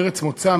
ארץ מוצא,